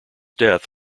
death